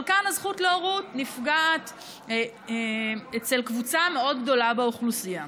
אבל כאן הזכות להורות נפגעת אצל קבוצה מאוד גדולה באוכלוסייה.